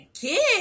kid